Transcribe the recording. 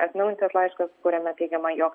atnaujintas laiškas kuriame teigiama jo